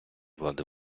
влади